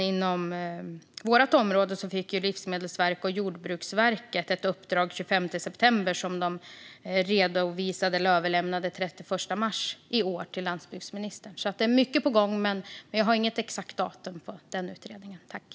Inom vårt område fick Livsmedelsverket och Jordbruksverket ett uppdrag den 25 september som överlämnades till landsbygdsminister den 31 mars i år. Det är alltså mycket på gång, men jag har inget exakt datum för den efterfrågade utredningen.